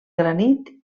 granit